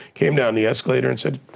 came down the escalator and said,